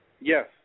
Yes